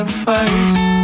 face